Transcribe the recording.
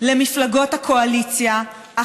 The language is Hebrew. למפלגות הקואליציה,